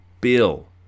Bill